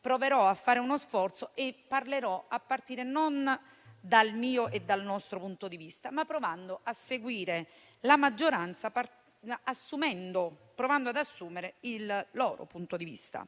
Proverò a fare uno sforzo e parlerò a partire non dal mio o dal nostro punto di vista, ma da quello della maggioranza, provando ad assumere cioè il suo punto di vista.